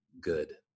good